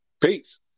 Peace